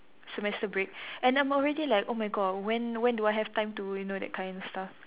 semester break and I'm already like oh my god when when do I have time to you know that kind of stuff